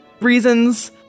reasons